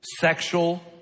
sexual